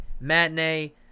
Matinee